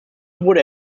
wurde